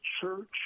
Church